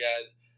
guys